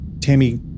Tammy